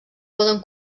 poden